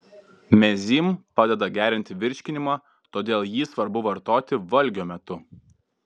mezym padeda gerinti virškinimą todėl jį svarbu vartoti valgio metu